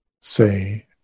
say